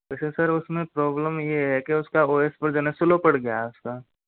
वैसे सर उसमें प्रॉब्लम ये है कि उसका ओ एक्स वर्ज़न स्लो पड़ गया है उसका